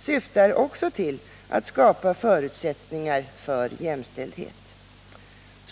syftar också till att skapa förutsättningar för jämställdhet.